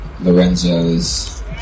Lorenzo's